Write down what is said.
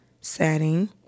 setting